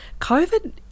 COVID